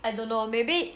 I don't know maybe